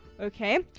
Okay